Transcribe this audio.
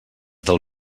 del